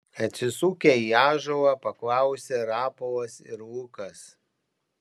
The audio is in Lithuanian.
atsisukę į ąžuolą paklausė rapolas ir lukas